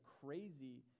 crazy